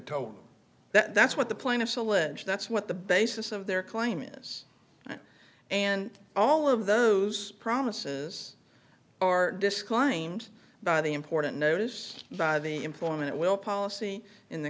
me that's what the plaintiffs allege that's what the basis of their claim is and all of those promises are disclaimed by the important notice by the employment will policy in the